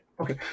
okay